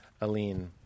Aline